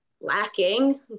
lacking